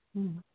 हूॅं